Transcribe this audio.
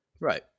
Right